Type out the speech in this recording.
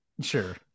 Sure